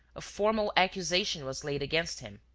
a formal accusation was laid against him.